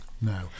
No